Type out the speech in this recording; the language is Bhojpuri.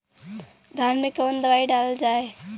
धान मे कवन दवाई डालल जाए?